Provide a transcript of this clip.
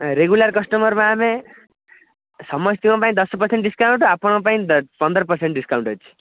regular customer ପାଇଁ ଆମେ ସମସ୍ତଙ୍କ ପାଇଁ ଦଶ ପରସେଣ୍ଟ ଡିସ୍କାଉଣ୍ଟ ଆପଣଙ୍କ ପାଇଁ ପନ୍ଦର ପରସେଣ୍ଟ ଡିସ୍କାଉଣ୍ଟ ଅଛି